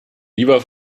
lieber